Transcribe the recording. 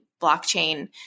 blockchain